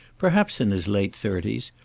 perhaps in his late thirties,